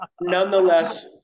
nonetheless